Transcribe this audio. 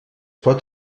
pot